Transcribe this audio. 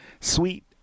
sweet